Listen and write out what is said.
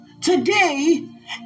today